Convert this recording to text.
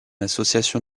association